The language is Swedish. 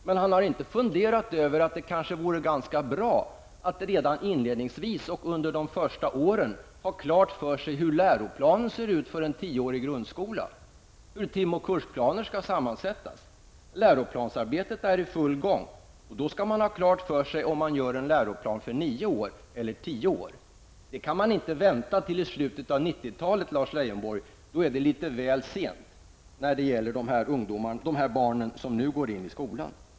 Men han har inte funderat över att det kanske vore bra att redan inledningsvis och under de första åren ha klart för sig hur läroplanen ser ut för en tioårig grundskola, och hur tim och kursplaner skall sammansättas. Läroplansarbetet är i full gång. Då skall man ha klart för sig om man gör en läroplan för nio år eller tio år. Det går inte att vänta till slutet av 90-talet, Lars Leijonborg. Då är det litet väl sent när det gäller de barn som nu börjar skolan.